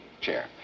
chair